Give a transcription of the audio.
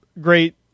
great